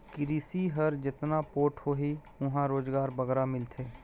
किरसी हर जेतना पोठ होही उहां रोजगार बगरा मिलथे